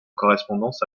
correspondance